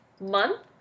month